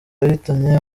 yahitanye